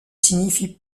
signifie